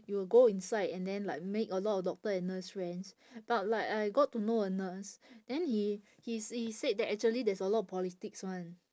you will go inside and then like make a lot doctor and nurse friends but like I got to know a nurse then he he s~ he said that actually there's a lot of politics [one]